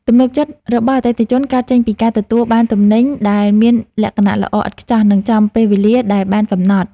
ទំនុកចិត្តរបស់អតិថិជនកើតចេញពីការទទួលបានទំនិញដែលមានលក្ខណៈល្អឥតខ្ចោះ និងចំពេលវេលាដែលបានកំណត់។